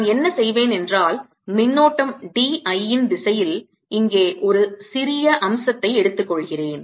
நான் என்ன செய்வேன் என்றால் மின்னோட்டம் d I ன் திசையில் இங்கே ஒரு சிறிய அம்சத்தை எடுத்துக்கொள்கிறேன்